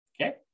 Okay